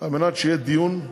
על מנת שיהיה דיון,